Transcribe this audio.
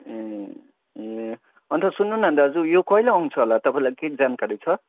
ए ए अन्त सुन्नुहोस् न दाजु यो कहिले आउँछ होला तपाईँलाई केही जानकारी छ